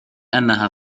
أنها